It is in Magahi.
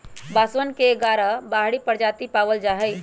बांसवन के ग्यारह बाहरी प्रजाति पावल जाहई